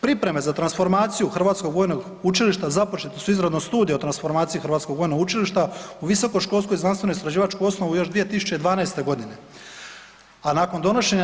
Pripreme za transformaciju Hrvatskog vojnog učilišta započete su izradom studija o transformaciji Hrvatskog vojnog učilišta u visokoškolsku i znanstveno-istraživačku osnovu još 2012. godine, a nakon donošenja